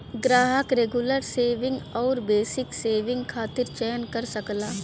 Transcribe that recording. ग्राहक regular saving आउर basic saving खाता क चयन कर सकला